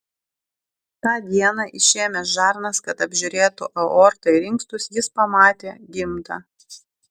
tą dieną išėmęs žarnas kad apžiūrėtų aortą ir inkstus jis pamatė gimdą